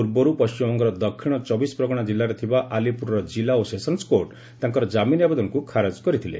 ପୂର୍ବରୁ ପଶ୍ଚିମବଙ୍ଗର ଦକ୍ଷିଣ ଚବିଶ ପ୍ରଗଣା ଜିଲ୍ଲାରେ ଥିବା ଆଲିପୁରର ଜିଲ୍ଲା ଓ ସେସନ୍ସ କୋର୍ଟ୍ ତାଙ୍କର ଜାମିନ୍ ଆବଦେନକୁ ଖାରଜ କରିଥିଲେ